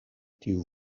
tiu